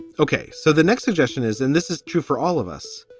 ok. so the next suggestion is and this is true for all of us.